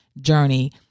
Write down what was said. journey